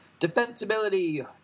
Defensibility